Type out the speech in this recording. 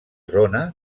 zona